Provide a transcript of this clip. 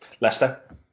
Leicester